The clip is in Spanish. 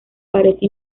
parece